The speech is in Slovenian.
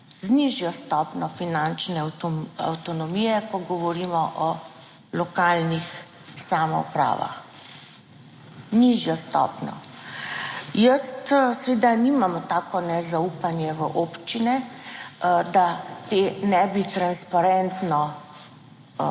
nižjo stopnjo finančne avtonomije, ko govorimo o lokalnih samoupravah. Nižjo stopnjo. Jaz seveda nimam tako nezaupanje v občine, da te ne bi transparentno